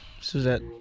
Suzette